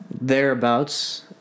thereabouts